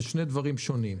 אלה שני דברים שונים.